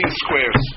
squares